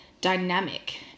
dynamic